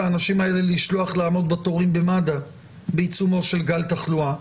את האנשים האלה לעמוד בתורים במד"א בעיצומו של גל תחלואה.